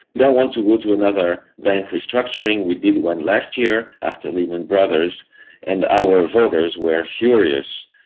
don't want to go to another bank restructuring. we did one last year after lehman brothers and our voters were furious.